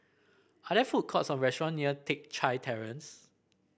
are there food courts or restaurant near Teck Chye Terrace